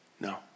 No